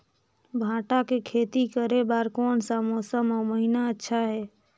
भांटा के खेती करे बार कोन सा मौसम अउ महीना अच्छा हे?